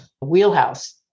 wheelhouse